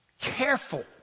careful